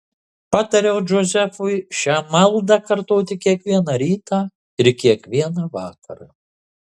patariau džozefui šią maldą kartoti kiekvieną rytą ir kiekvieną vakarą